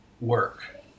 work